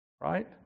Right